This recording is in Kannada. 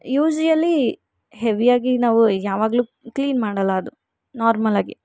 ಯ್ಯೂಸುವಲಿ ಹೆವಿಯಾಗಿ ನಾವು ಯಾವಾಗಲು ಕ್ಲೀನ್ ಮಾಡೋಲ್ಲ ಅದು ನಾರ್ಮಲ್ಲಾಗಿ